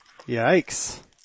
Yikes